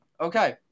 Okay